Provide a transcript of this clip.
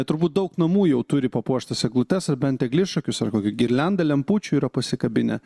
turbūt daug namų jau turi papuoštas eglutes ar bent eglišakius ar kokią girliandą lempučių yra pasikabinę